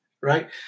right